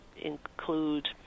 include